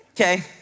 okay